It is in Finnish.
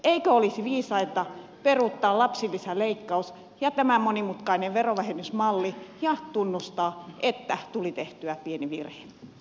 eikö olisi viisainta peruuttaa lapsilisäleikkaus ja tämä monimutkainen verovähennysmalli ja tunnustaa että tuli tehtyä pieni virhe